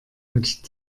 mit